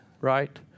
Right